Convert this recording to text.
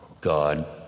God